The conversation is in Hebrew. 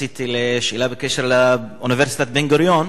רציתי לשאול שאלה בקשר לאוניברסיטת בן-גוריון,